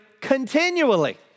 continually